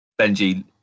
Benji